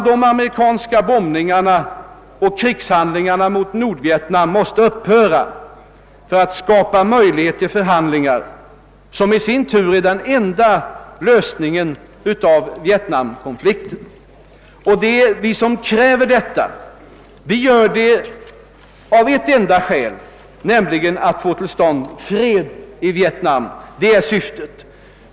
De amerikanska bombningarna och krigshandlingarna mot Nordvietnam måste upphöra för att skapa en grund för förhandlingar, vilka i sin tur är den enda lösningen på vietnamkonflikten. Och vi som kräver bombstopp och förhandlingar gör det av ett enda skäl: att få fred i Vietnam. Det är vårt syfte.